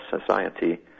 society